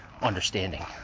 understanding